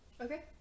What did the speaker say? Okay